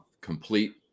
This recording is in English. complete